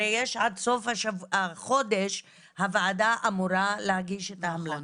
הרי יש עד סוף החודש הוועדה אמורה להגיש את ההמלצות.